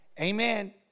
amen